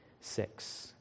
six